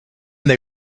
they